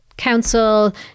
council